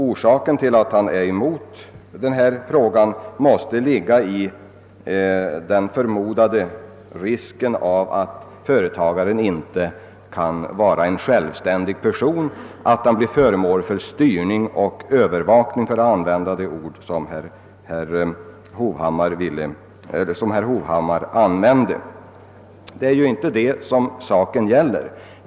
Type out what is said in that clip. Orsaken till hans motstånd i denna fråga måste vara den förmodade risken att företagaren inte skulle kunna fungera självständigt utan — för att använda herr Hovhammars ord — skulle bli föremål för styrning och övervakning. Det är ju inte det som saken gäller.